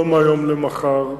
לא מהיום למחר.